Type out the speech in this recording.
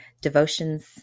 devotions